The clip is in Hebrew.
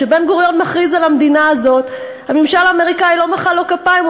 כשבן-גוריון הכריז על המדינה הזאת הממשל האמריקני לא מחא לו כפיים,